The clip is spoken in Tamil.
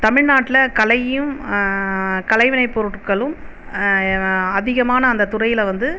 தமிழ்நாட்டில் கலையும் கலைவினை பொருட்களும் அதிகமான அந்த துறையில் வந்து